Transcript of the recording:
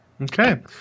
okay